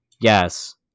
Yes